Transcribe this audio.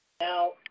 Now